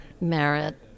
merit